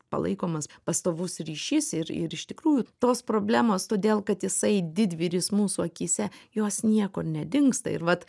palaikomas pastovus ryšys ir ir iš tikrųjų tos problemos todėl kad jisai didvyris mūsų akyse jos niekur nedingsta ir vat